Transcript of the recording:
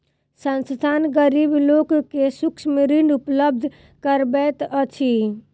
संस्थान, गरीब लोक के सूक्ष्म ऋण उपलब्ध करबैत अछि